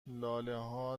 لالهها